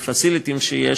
ב-facilities שיש,